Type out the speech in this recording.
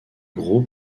groupe